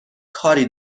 کاری